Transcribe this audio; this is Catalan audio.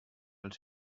els